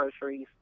groceries